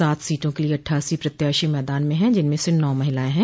सात सीटों के लिये अट्ठासी प्रत्याशी मैदान में हैं जिनमें से नौ महिलाएं हैं